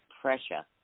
pressure